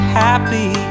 happy